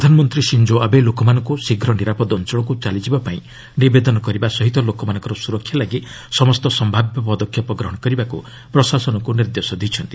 ପ୍ରଧାନମନ୍ତ୍ରୀ Shinzo Abe ଲୋକମାନଙ୍କୁ ଶୀଘ୍ର ନିରାପଦ ଅଞ୍ଚଳକୁ ଚାଲିଯିବା ପାଇଁ ନିବେଦନ କରିବା ସହ ଲୋକମାନଙ୍କ ସ୍କରକ୍ଷା ଲାଗି ସମସ୍ତ ସମ୍ଭାବ୍ୟ ପଦକ୍ଷେପ ନେବାକୁ ପ୍ରଶାସନକୁ ନିର୍ଦ୍ଦେଶ ଦେଇଛନ୍ତି